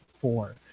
four